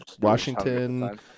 Washington